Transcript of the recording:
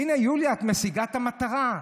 הינה, יוליה, את משיגה את המטרה.